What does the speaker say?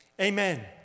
amen